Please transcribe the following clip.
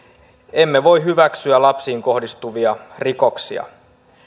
emme voi hyväksyä lapsiin kohdistuvia rikoksia